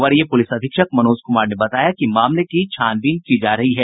वरीय पुलिस अधीक्षक मनोज कुमार ने बताया कि मामले की छानबीन की जा रही है